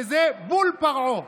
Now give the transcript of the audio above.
וזה בול פרעה,